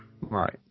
Right